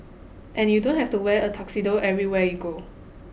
and you don't have to wear a tuxedo everywhere you go